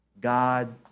God